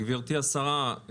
גברתי השרה,